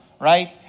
right